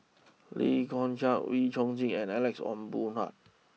Lee Kong Chian Wee Chong Jin and Alex Ong Boon Hau